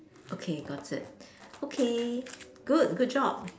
okay got it okay good good job